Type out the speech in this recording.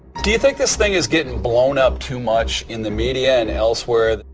do you think this thing is getting blown up too much in the media and elsewhere?